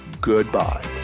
goodbye